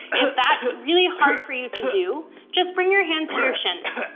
if that's really hard for you to do just bring your hands to your shins.